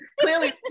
Clearly